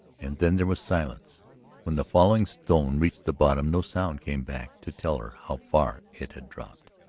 and then there was silence when the falling stone reached the bottom no sound came back to tell her how far it had dropped.